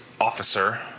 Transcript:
officer